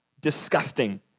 disgusting